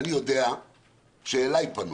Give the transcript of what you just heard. אני יודע שאליי פנו